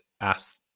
ask